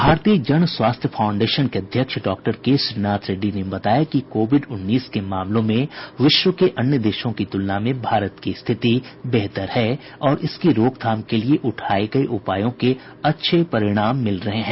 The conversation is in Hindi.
भारतीय जन स्वास्थ्य फाउंडेशन के अध्यक्ष डॉक्टर के श्रीनाथ रेड्डी ने बताया कि कोविड उन्नीस के मामलों में विश्व के अन्य देशों की तुलना में भारत की स्थिति बेहतर है और इसकी रोकथाम के लिए उठाए गए उपायों के अच्छे परिणाम मिल रहे हैं